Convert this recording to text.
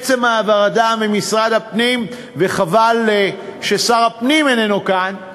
עצם ההעברה ממשרד הפנים וחבל ששר הפנים איננו כאן,